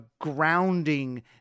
grounding